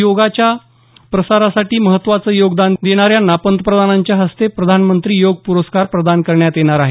योगाच्या प्रसारासाठी महत्त्वाचं योगदान देणाऱ्यांना प्रधानमंत्र्यांच्या हस्ते प्रधानमंत्री योग पुरस्कार प्रदान करण्यात येणार आहेत